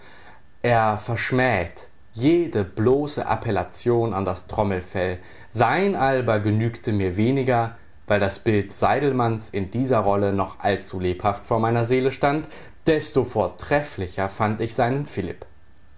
er verschmäht jede bloße appellation an das trommelfell sein alba genügte mir weniger weil das bild seydelmanns in dieser rolle noch allzu lebhaft vor meiner seele stand desto vortrefflicher fand ich seinen philipp